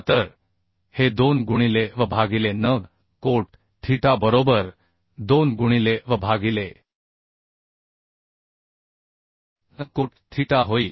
तर हे 2 गुणिले V भागिले N कोट थीटा बरोबर 2 गुणिले V भागिले N कोट थीटा होईल